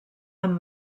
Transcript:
amb